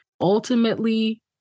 Ultimately